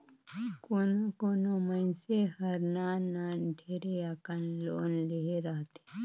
कोनो कोनो मइनसे हर नान नान ढेरे अकन लोन लेहे रहथे